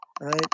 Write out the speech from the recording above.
right